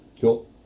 Cool